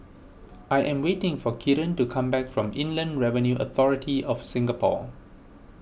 I am waiting for Kieran to come back from Inland Revenue Authority of Singapore